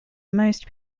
most